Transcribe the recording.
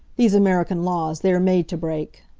these american laws, they are made to break.